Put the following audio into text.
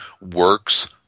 works